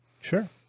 sure